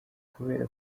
kubera